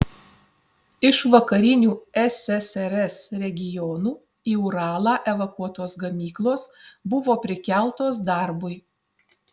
iš vakarinių ssrs regionų į uralą evakuotos gamyklos buvo prikeltos darbui